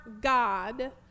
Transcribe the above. God